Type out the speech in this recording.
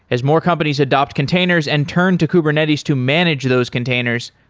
as more companies adopt containers and turn to kubernetes to manage those containers,